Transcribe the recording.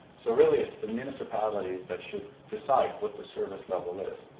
so really, it's the municipalities that should decide what the service level is.